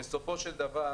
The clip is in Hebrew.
בסופו של דבר